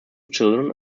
children